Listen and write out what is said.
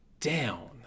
down